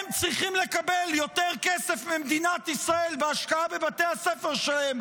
צריכים לקבל יותר כסף ממדינת ישראל בהשקעה בבתי הספר שלהם